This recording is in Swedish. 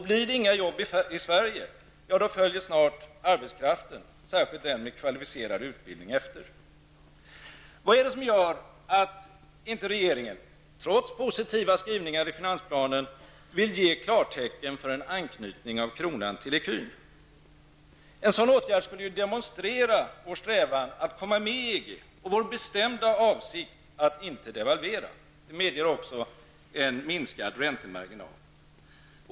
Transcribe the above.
Blir det inga jobb i Sverige, följer snart arbetskraften efter, särskilt den med kvalificerad utbildning. Vad är det som gör att regeringen, trots positiva skrivningar i finansplanen, inte vill ge klartecken förän en anknytning av kronan till ecun? En sådan åtgärd skulle ju demonstrera vår strävan att komma med i EG och vår bestämda avsikt att inte devalvera. Det skulle också medge en minskad räntemarginal.